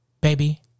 baby